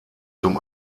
zum